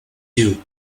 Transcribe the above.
dew